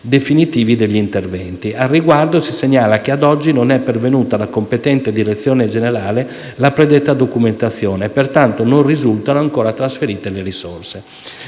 definitivi degli interventi. Al riguardo si segnala che ad oggi non è pervenuta alla competente direzione generale la predetta documentazione, pertanto non risultano ancora trasferite le risorse.